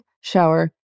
shower